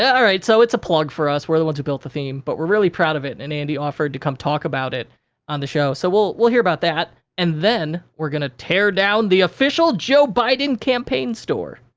yeah all right, so it's a plug for us, we're the ones who built the theme, but we're really proud of it and andy offered to come talk about it on the show. so, we'll we'll hear about that. and then, we're gonna tear down the official joe biden campaign store.